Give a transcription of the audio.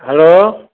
hello